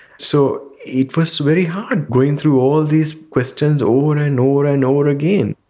so it was very hard going through all these questions over and and over and over again.